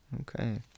Okay